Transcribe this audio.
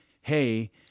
hey